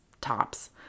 tops